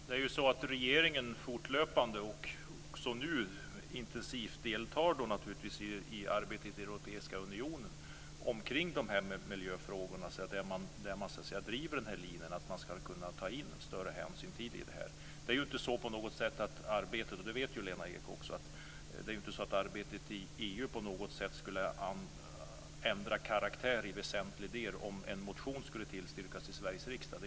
Fru talman! Det är faktiskt så att regeringen fortlöpande, också nu, intensivt deltar i arbetet i den europeiska unionen kring dessa miljöfrågor. Där driver man linjen att större hänsyn ska kunna tas. Lena Ek vet också att det inte är så att arbetet i EU på något sätt i väsentliga delar ändrar karaktär för att en motion bifölls i Sveriges riksdag.